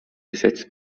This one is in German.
gesetz